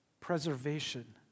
preservation